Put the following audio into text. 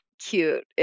cute